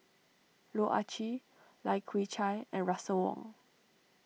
Loh Ah Chee Lai Kew Chai and Russel Wong